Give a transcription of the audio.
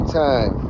time